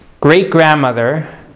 great-grandmother